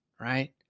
right